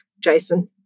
Jason